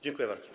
Dziękuję bardzo.